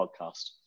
podcast